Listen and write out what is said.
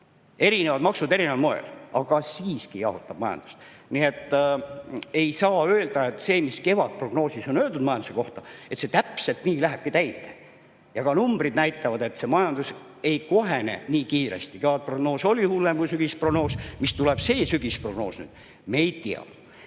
erinevad maksud erineval moel, aga siiski jahutab majandust. Nii et ei saa öelda, et see, mis kevadprognoosis on öeldud majanduse kohta, täpselt nii lähebki täide. Ka numbrid näitavad, et majandus ei kohane nii kiiresti. Kevadprognoos oli hullem kui sügisprognoos. Seda, milline tuleb nüüd see sügisprognoos, me ei tea.